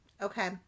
Okay